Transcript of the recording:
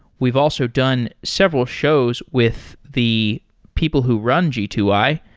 we've also done several shows with the people who run g two i,